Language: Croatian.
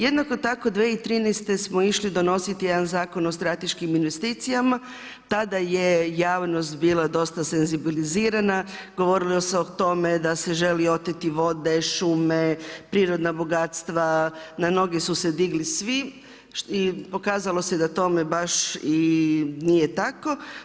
Jednako tako 2013. smo išli donositi jedan Zakon o strateškim investicijama, tada je javnost bila dosta senzibilizirana, govorilo se o tome da se želi oteti vode, šume, prirodna bogatstva na noge su se digli svi i pokazalo se da tome baš i nije tako.